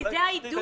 כי זה העידוד.